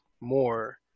more